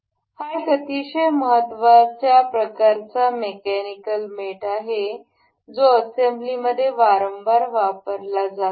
हा एक अतिशय महत्त्वाचा प्रकारचा मेकॅनिकल मेट आहे जो असेंब्लीमध्ये वारंवार वापरला जातो